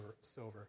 silver